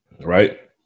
Right